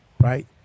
Right